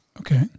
Okay